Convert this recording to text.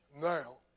Now